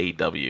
AW